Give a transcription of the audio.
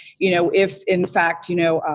you know if in fact, you know,